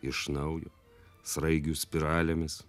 iš naujo sraigių spiralėmis